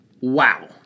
Wow